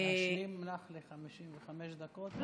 משלים לך ל-55 דקות.